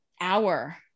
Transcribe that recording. hour